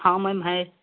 हाँ मन है